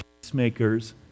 Peacemakers